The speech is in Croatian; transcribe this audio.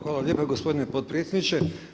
Hvala lijepa gospodine potpredsjedniče.